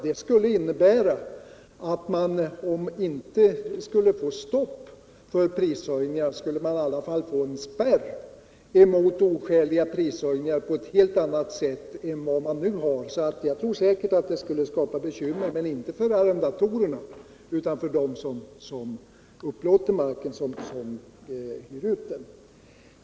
Den skulle innebära att om man inte kunde sätta stopp för prishöjningarna skulle man i alla fall få en spärr mot oskäliga prishöjningar på ett helt annat sätt än vad man nu har möjlighet till. Jag tror sålunda att det skulle skapa bekymmer — men inte för arrendatorerna, utan för dem som upplåter och hyr ut marken.